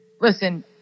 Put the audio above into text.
listen